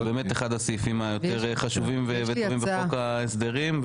זה באמת אחד הסעיפים היותר חשובים וטובים בחוק ההסדרים,